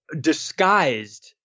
disguised